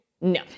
no